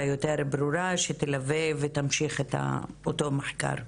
יותר ברורה שתלווה ותמשיך את אותו מחקר.